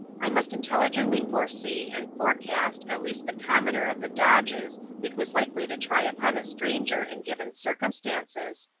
i must intelligently foresee and forecast at least the commoner of the dodges it was likely to try upon a stranger in given circumstances,